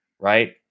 Right